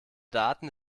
daten